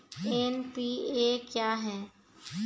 NPA क्या हैं?